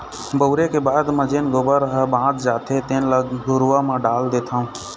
बउरे के बाद म जेन गोबर ह बाच जाथे तेन ल घुरूवा म डाल देथँव